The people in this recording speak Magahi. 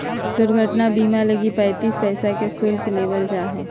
दुर्घटना बीमा लगी पैंतीस पैसा के शुल्क लेबल जा हइ